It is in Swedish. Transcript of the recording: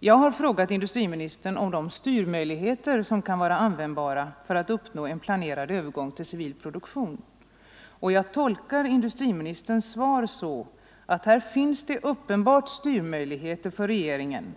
Jag har frågat industriministern om de styrmöjligheter som kan vara användbara för att uppnå en planerad övergång till civil produktion. Jag tolkar industriministerns svar så att här finns det uppenbart styrmöjligheter för regeringen.